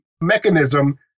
mechanism